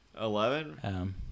Eleven